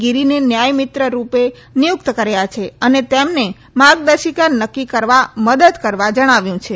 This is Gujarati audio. ગીરીને ન્યાયમિત્ર રૂપે નિયુકત કર્યા છે અને તેમને માર્ગદર્શિકા નકકી કરવામાં મદદ કરવા જણાવ્યું છે